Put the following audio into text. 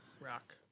Rock